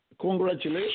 Congratulations